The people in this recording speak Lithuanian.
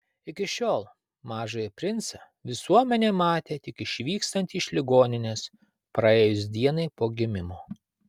iki šiol mažąjį princą visuomenė matė tik išvykstantį iš ligoninės praėjus dienai po gimimo